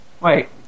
Wait